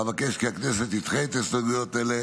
אבקש כי הכנסת תדחה הסתייגויות אלה